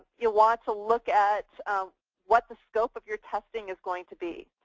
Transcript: you want to look at what the scope of your testing is going to be.